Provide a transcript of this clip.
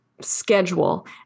schedule